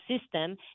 system